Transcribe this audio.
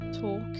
talk